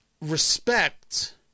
respect